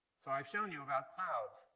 so, i've shown you about clouds.